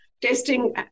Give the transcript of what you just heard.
testing